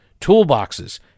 toolboxes